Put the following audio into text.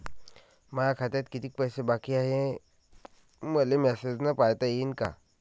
माया खात्यात कितीक पैसे बाकी हाय, हे मले मॅसेजन पायता येईन का?